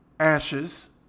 ashes